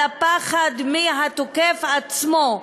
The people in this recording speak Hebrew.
על הפחד מהתוקף עצמו,